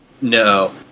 No